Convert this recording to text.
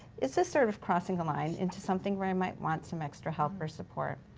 is this sort of crossing a line into something where i might want some extra help or support.